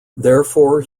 therefore